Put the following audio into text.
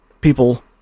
people